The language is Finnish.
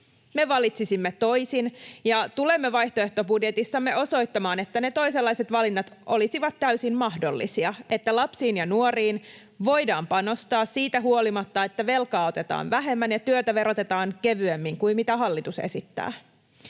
Me valitsisimme toisin ja tulemme vaihtoehtobudjetissamme osoittamaan, että ne toisenlaiset valinnat olisivat täysin mahdollisia: että lapsiin ja nuoriin voidaan panostaa siitä huolimatta, että velkaa otetaan vähemmän ja työtä verotetaan kevyemmin kuin mitä hallitus esittää.